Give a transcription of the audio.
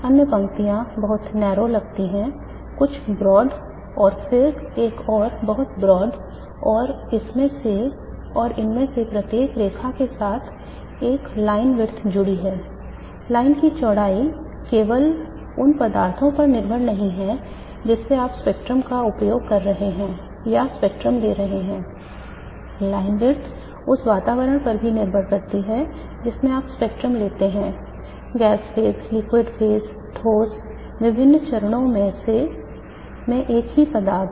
अन्य पंक्तियाँ बहुत संकीर्ण विभिन्न चरणों में एक ही पदार्थ